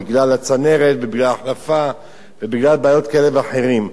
בגלל הצנרת ובגלל החלפה ובגלל בעיות כאלה ואחרות.